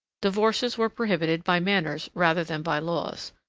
divorces were prohibited by manners rather than by laws.